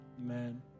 amen